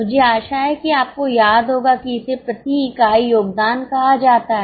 मुझे आशा है कि आपको याद होगा कि इसे प्रति इकाई योगदान कहा जाता है